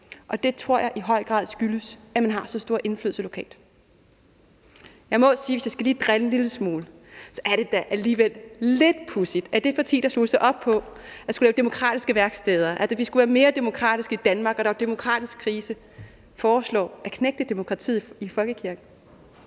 Det tror jeg i høj grad skyldes, at man har så stor indflydelse lokalt. Hvis jeg lige skal drille en lille smule, må jeg sige, at det da alligevel er lidt pudsigt, at det parti, der slog sig op på at skulle lave demokratiske værksteder, at vi skulle være mere demokratiske i Danmark, og at der var en demokratisk krise, foreslår at knægte demokratiet i folkekirken.